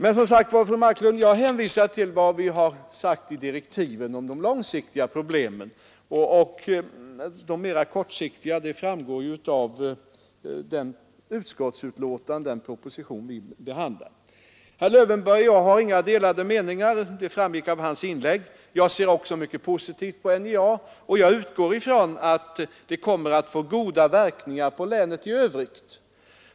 Men som sagt, fru Marklund: Jag hänvisar till vad vi har skrivit i direktiven om de långsiktiga problemen, och de mera kortsiktiga framgår ju av det utskottsbetänkande och den proposition vi behandlar. Herr Lövenborg och jag har inga delade meningar — det framgick av hans inlägg. Jag ser också mycket positivt på NJA, och jag utgår från att utbyggnaden där kommer att få goda verkningar för länet i övrigt.